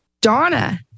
Donna